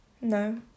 No